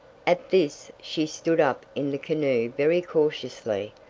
at this she stood up in the canoe very cautiously,